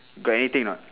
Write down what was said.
got anything or not